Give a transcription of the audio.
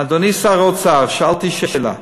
אדוני שר האוצר, שאלתי שאלה: